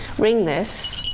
ring this.